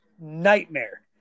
nightmare